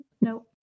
no